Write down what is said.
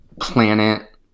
planet